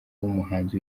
w’umuhanzi